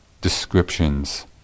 descriptions